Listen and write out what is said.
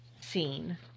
scene